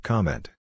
Comment